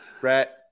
Brett